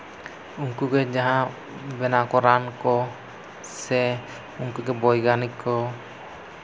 ᱩᱱᱠᱩ ᱜᱮ ᱡᱟᱦᱟᱸ ᱵᱮᱱᱟᱣ ᱟᱠᱚ ᱨᱟᱱ ᱠᱚ ᱥᱮ ᱩᱱᱠᱩ ᱫᱚ ᱵᱳᱭᱜᱟᱱᱤᱠ ᱠᱚ